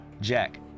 Jack